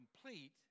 complete